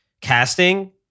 casting